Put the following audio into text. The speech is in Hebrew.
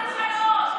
רון, תתבייש לך, בסדר?